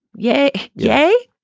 yay, yay,